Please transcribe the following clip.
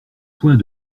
point